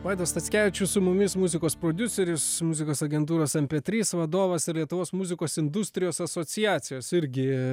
vaidas stackevičius su mumis muzikos prodiuseris muzikos agentūros mp trys vadovas ir lietuvos muzikos industrijos asociacijos irgi